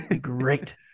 Great